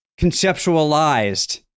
Conceptualized